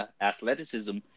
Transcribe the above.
athleticism